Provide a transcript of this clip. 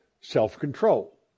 self-control